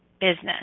business